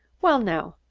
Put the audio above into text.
well, now,